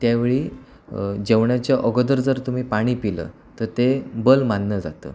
त्यावेळी जेवणाच्या अगोदर जर तुम्ही पाणी पिलं तर ते बल मानलं जातं